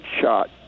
shot